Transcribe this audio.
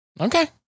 Okay